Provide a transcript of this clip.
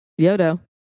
yodo